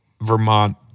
Vermont